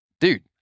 dude